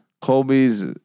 Colby's